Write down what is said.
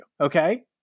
Okay